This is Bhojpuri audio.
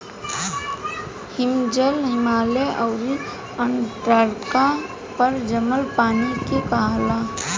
हिमजल, हिमालय आउर अन्टार्टिका पर जमल पानी के कहाला